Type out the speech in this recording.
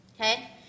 Okay